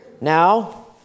Now